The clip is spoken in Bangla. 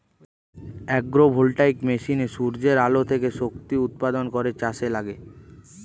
আগ্রো ভোল্টাইক মেশিনে সূর্যের আলো থেকে শক্তি উৎপাদন করে চাষে লাগে